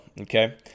Okay